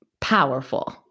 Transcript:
powerful